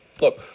Look